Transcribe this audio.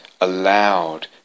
allowed